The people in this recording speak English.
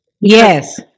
yes